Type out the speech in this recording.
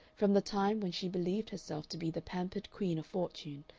from the time when she believed herself to be the pampered queen of fortune,